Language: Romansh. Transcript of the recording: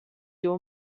giu